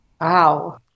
Wow